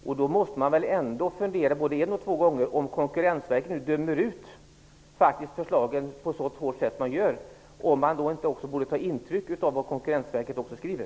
Om Konkurrensverket nu dömer ut förslagen på ett sådant hårt sätt som man gör, måste väl skolministern ändå fundera både en och två gånger på om hon inte borde ta intryck av vad Konkurrensverket skriver.